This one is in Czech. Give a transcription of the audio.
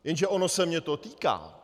Jenže ono se mě to týká.